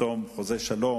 לחתום על חוזה שלום,